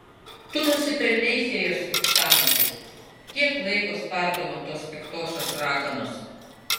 tu nusipelnei fėjos krikštamotės tiek laiko spardoma tos piktosios raganos